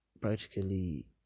practically